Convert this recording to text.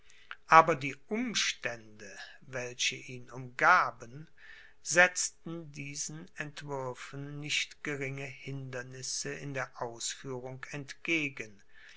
aber die umstände welche ihn umgaben setzten diesen entwürfen nicht geringe hindernisse in der ausführung entgegen